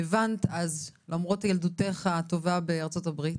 הבנת כבר אז שלמרות ילדותך הטובה בארצות הברית,